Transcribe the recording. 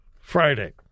Friday